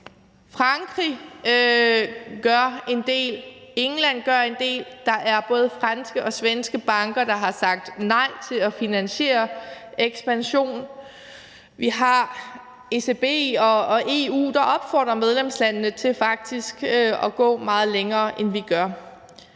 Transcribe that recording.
Frankrig gør en del, og England gør en del, og der er både franske og svenske banker, der har sagt nej til at finansiere en ekspansion. Vi har ECB og EU, der opfordrer medlemslandene til faktisk at gå meget længere, end vi gør.